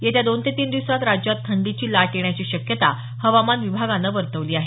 येत्या दोन ते तीन दिवसात राज्यात थंडीची लाट येण्याची शक्यता हवामान विभागानं वर्तवली आहे